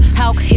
talk